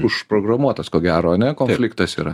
užprogramuotas ko gero ane konfliktas yra